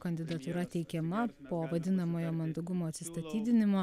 kandidatūra teikiama po vadinamojo mandagumo atsistatydinimo